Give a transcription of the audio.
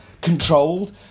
controlled